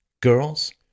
girls